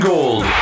Gold